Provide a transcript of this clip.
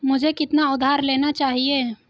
मुझे कितना उधार लेना चाहिए?